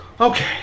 Okay